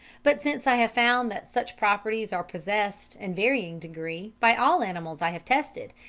but since i have found that such properties are possessed in varying degree by all animals i have tested,